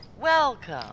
Welcome